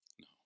No